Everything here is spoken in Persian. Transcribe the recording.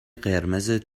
قرمز